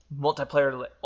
multiplayer